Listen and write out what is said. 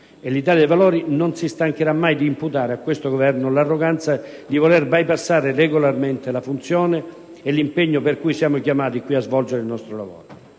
E l'Italia dei Valori non si stancherà mai di imputare a questo Governo l'arroganza di voler bypassare regolarmente la funzione e l'impegno per cui siamo chiamati qui a svolgere il nostro lavoro.